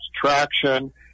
traction